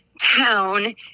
town